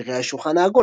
אבירי השולחן העגול,